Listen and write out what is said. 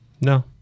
No